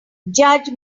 judge